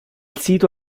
sito